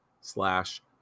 slash